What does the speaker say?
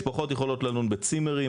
משפחות יכולות ללון בצימרים,